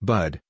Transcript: Bud